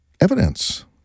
evidence